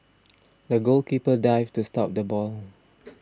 the goalkeeper dived to stop the ball